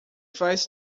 faz